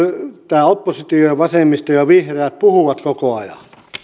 tämä oppositio vasemmisto ja ja vihreät puhuu koko ajan